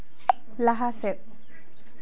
ᱞᱟᱦᱟ ᱥᱮᱫ